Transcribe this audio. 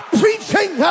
preaching